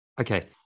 Okay